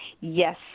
Yes